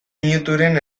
minuturen